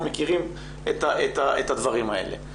אנחנו מכירים את הדברים האלה.